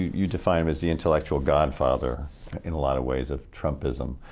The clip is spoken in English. you define him as the intellectual godfather in a lot of ways of trumpism.